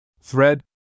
thread